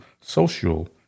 social